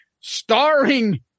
starring